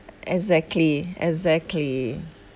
exactly exactly